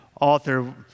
author